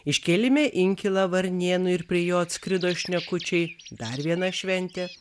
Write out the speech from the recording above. iškėlėme inkilą varnėnui ir prie jo atskrido šnekučiai dar viena šventė